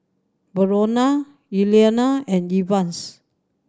Verona Eliana and Evans